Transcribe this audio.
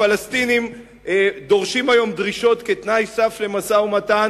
הפלסטינים דורשים היום דרישות כתנאי סף למשא-ומתן